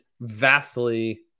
vastly